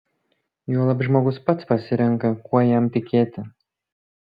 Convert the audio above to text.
juolab žmogus pats pasirenka kuo jam tikėti